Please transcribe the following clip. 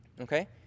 Okay